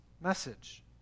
message